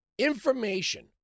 information